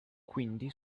quindi